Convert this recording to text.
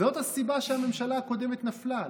זאת הסיבה שהממשלה הקודמת נפלה,